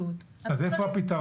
בפרקליטות, אז --- אז איפה הפתרון?